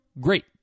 great